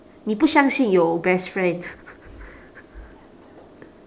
你不相信有 best friend